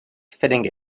finding